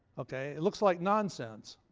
okay? it looks like nonsense.